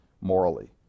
morally